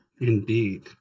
indeed